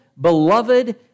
beloved